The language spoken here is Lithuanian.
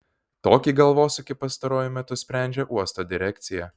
tokį galvosūkį pastaruoju metu sprendžia uosto direkcija